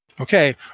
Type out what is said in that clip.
Okay